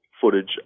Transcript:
footage